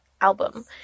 album